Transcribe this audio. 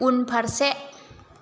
उनफारसे